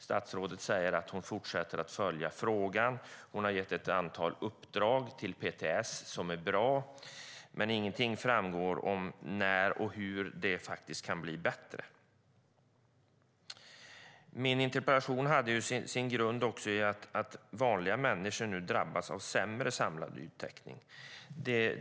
Statsrådet säger att hon fortsätter att följa frågan och att hon har gett ett antal uppdrag till PTS som är bra, men ingenting framgår om när och hur det faktiskt kan bli bättre. Min interpellation hade sin grund i att vanliga människor nu drabbas av sämre samlad yttäckning.